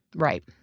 right,